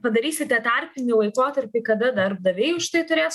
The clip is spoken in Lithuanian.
padarysite tarpinį laikotarpį kada darbdaviai už tai turės